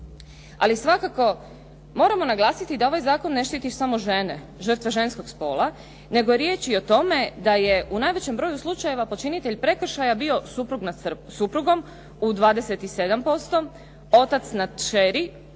ali svakako moramo naglasiti da ovaj zakon ne štiti samo žene, žrtve ženskog spola nego je riječ i o tome da je u najvećem broju slučajeva počinitelj prekršaja bio suprug nad suprugom u 27%, otac nad kćeri